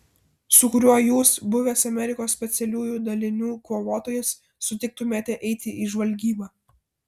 su kuriuo jūs buvęs amerikos specialiųjų dalinių kovotojas sutiktumėte eiti į žvalgybą